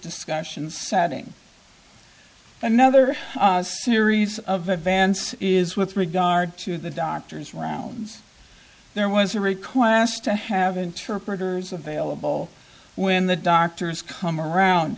discussion setting another series of events is with regard to the doctor's rounds there was a request to have interpreters available when the doctors come around